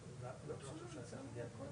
את נושא המדדים,